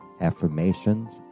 affirmations